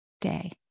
day